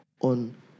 on